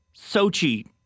Sochi